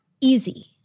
easy